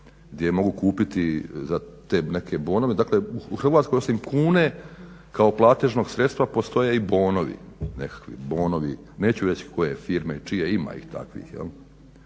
gdje mogu kupiti za te neke bonove. Dakle u Hrvatskoj osim kune kao platežnog sredstva postoje i bonovi nekakvi. Neću reći koje firme i čije, ima ih takvih.